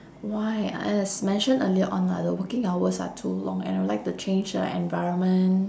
why ah as mentioned earlier on lah the working hours are too long and I would like to change the environment